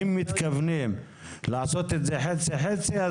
אם מתכוונים לעשות את זה חצי-חצי,